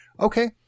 Okay